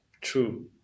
true